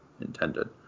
intended